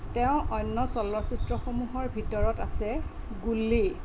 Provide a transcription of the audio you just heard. তেওঁৰ অন্যান্য চলচ্চিত্ৰসমূহৰ ভিতৰত আছে গুল্লী